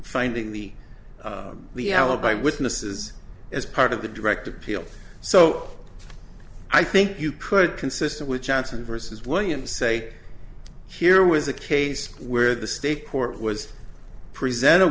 finding the the alibi witnesses as part of the direct appeal so i think you could consistent with chance and versus william say here was a case where the state court was presented